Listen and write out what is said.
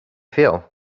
feel